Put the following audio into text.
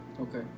Okay